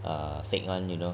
uh fake [one] you know